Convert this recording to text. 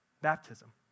Baptism